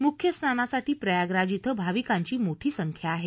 मुख्य स्नानासाठी प्रयागराज इथं भाविकांची मोठी संख्या आहे